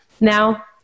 now